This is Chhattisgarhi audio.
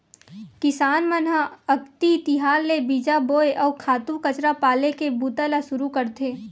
किसान मन ह अक्ति तिहार ले बीजा बोए, अउ खातू कचरा पाले के बूता ल सुरू करथे